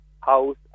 house